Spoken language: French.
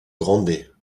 grande